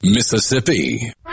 Mississippi